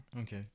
Okay